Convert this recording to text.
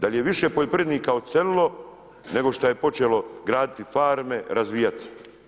Da li je više poljoprivrednika odselilo, nego što je počelo graditi farme, razvijati se.